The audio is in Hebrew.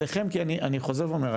עליכם כי אני חוזר ואומר,